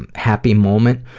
and happy moment,